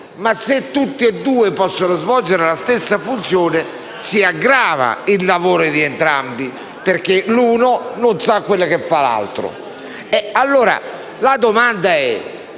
che se tutti e due potevano svolgere la stessa funzione si sarebbe aggravato il lavoro di entrambi, perché l'uno non sapeva quello che faceva l'altro.